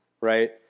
right